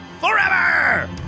forever